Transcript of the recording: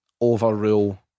overrule